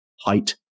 height